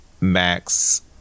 max